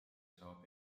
saab